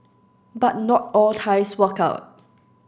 but not all ties work out